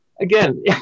Again